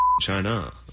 China